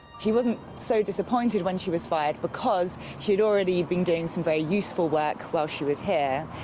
she wasn't so disappointed when she was fired because she had already been doing some very useful work while she was here.